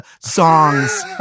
songs